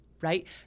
right